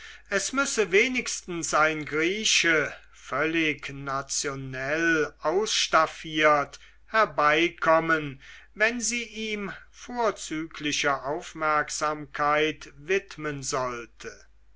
es müsse wenigstens ein grieche völlig nationell ausstaffiert herbeikommen wenn sie ihm vorzügliche aufmerksamkeit widmen sollte